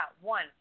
one